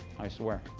i swear.